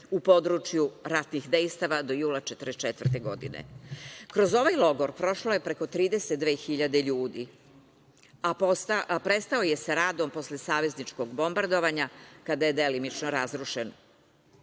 u području ratnih dejstava do jula 1944. godine. Kroz ovaj logor prošlo je preko 32.000 ljudi, a prestao je sa radom posle savezničkog bombardovanja, kada je delimično razrušen. Negovanje